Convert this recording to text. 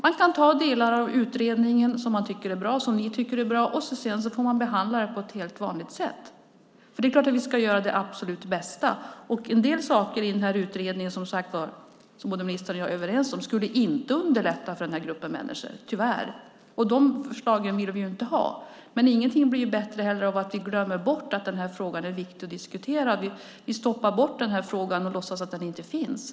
Man kan ta delar av utredningen som man tycker är bra, och sedan kan man behandla det på vanligt sätt. Det är klart att vi ska göra det absolut bästa. En del saker i den här utredningen skulle tyvärr inte underlätta för den här gruppen människor - det är ministern och jag överens om. De förslagen vill vi inte ha. Men ingenting blir heller bättre av att vi glömmer bort att frågan är viktig att diskutera, att vi stoppar undan den och låtsas att den inte finns.